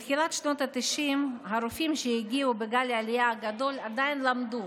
בתחילת שנות התשעים הרופאים שהגיעו בגל העלייה הגדול עדיין למדו,